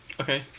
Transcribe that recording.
Okay